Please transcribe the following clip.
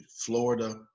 Florida